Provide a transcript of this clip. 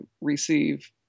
receive